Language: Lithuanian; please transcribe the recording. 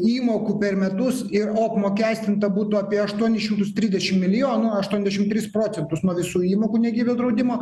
įmokų per metus ir o apmokestinta būtų apie aštuonis šimtus trisdešim milijonų aštuoniasdešim tris procentus nuo visų įmokų